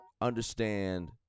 Understand